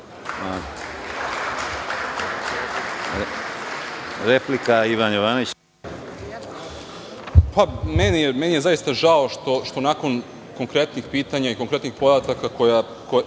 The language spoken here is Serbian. replika. **Ivan Jovanović** Meni je zaista žao što nakon konkretnih pitanja i konkretnih podataka koje